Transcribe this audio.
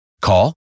Call